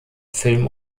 film